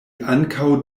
ankaŭ